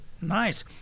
nice